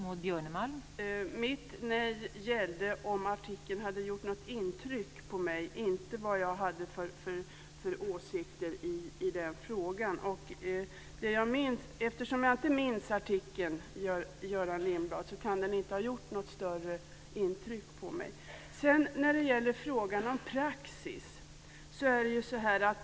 Fru talman! Mitt nej gällde frågan om artikeln hade gjort något intryck på mig, inte vad jag hade för åsikter i den frågan. Eftersom jag inte minns artikeln, Göran Lindblad, kan den inte ha gjort något större intryck på mig.